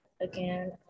again